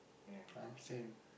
I'm same